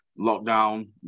lockdown